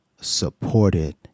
supported